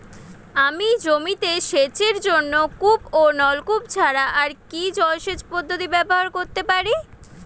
আমি জমিতে সেচের জন্য কূপ ও নলকূপ ছাড়া আর কি জলসেচ পদ্ধতি ব্যবহার করতে পারি?